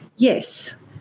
Yes